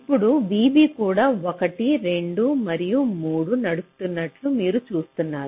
ఇప్పుడు vB కూడా 1 2 మరియు 3 ను నడుపుతున్నట్లు మీరు చూస్తున్నారు